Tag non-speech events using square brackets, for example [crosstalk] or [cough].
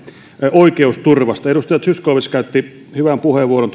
oikeusturvasta edustaja zyskowicz käytti hyvän puheenvuoron [unintelligible]